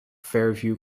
fairview